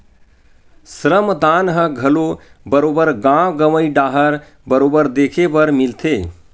श्रम दान ह घलो बरोबर गाँव गंवई डाहर बरोबर देखे बर मिलथे